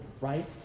right